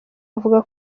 avuga